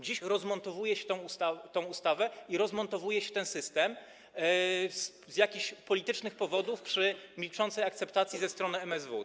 Dziś rozmontowuje się tę ustawę, rozmontowuje się ten system z jakichś politycznych powodów przy milczącej akceptacji ze strony MSWiA.